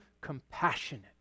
compassionate